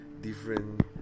Different